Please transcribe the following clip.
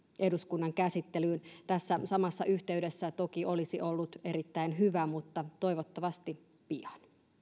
eduskunnan käsittelyyn tässä samassa yhteydessä se olisi toki ollut erittäin hyvä mutta toivottavasti pian